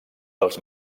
dels